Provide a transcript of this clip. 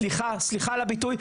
סליחה על הביטוי,